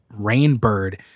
Rainbird